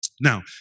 Now